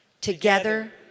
Together